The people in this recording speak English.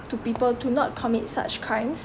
to people to not commit such crimes